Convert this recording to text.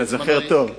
אתה זוכר טוב.